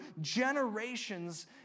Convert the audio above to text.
generations